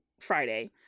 Friday